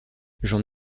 j’en